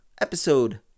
episode